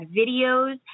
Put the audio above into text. videos